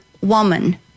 woman